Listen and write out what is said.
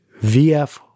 VF